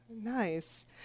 Nice